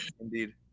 indeed